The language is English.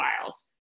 files